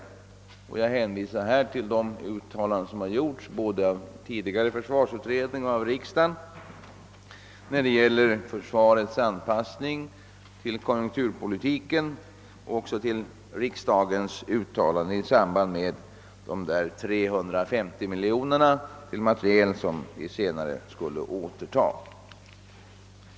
Här kan jag hänvisa till de uttalanden som gjorts både av tidigare försvarsutredning och av riksdagen när det gäller försvarets anpassning till konjunkturpolitiken, liksom till riksdagens uttalande i samband med de 350 miljonerna till materiel, som vi senare skulle återta.